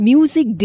Music